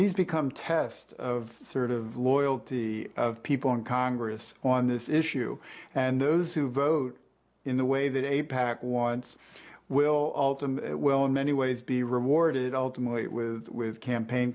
these become test of sort of loyalty of people in congress on this issue and those who vote in the way that a pac once will ultimately will in many ways be rewarded ultimately it with with campaign